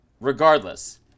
regardless